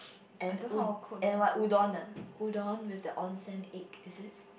and u~ and what udon ah udon with the onsen egg is it